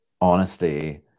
honesty